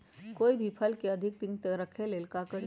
कोई भी फल के अधिक दिन तक रखे के ले ल का करी?